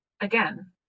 again